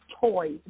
toys